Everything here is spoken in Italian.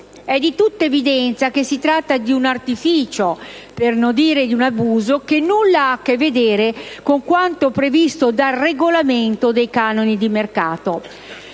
È di tutta evidenza che si tratta di un artifìcio, per non dire abuso, che nulla ha a che vedere con quanto previsto dal regolamento dei canoni di mercato.